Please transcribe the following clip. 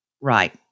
Right